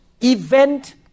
event